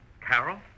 Carol